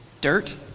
dirt